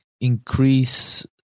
increase